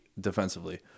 defensively